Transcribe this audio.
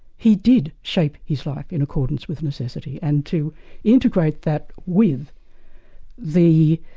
he did shape his life in accordance with necessity and to integrate that with the